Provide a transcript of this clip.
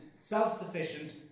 self-sufficient